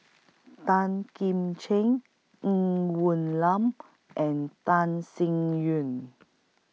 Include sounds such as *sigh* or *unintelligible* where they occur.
Tan Kim Ching Ng Woon Lam and Tan Sin *unintelligible*